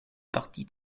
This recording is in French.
parti